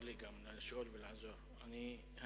תאמין לי, אותו דבר.